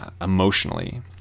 emotionally